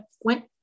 went